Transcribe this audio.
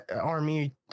army